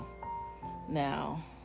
Now